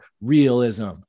realism